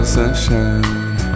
sunshine